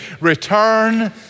Return